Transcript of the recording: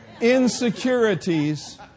Insecurities